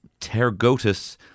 Tergotus